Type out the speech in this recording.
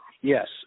Yes